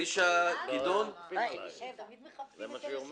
אלישבע גדעון, בבקשה.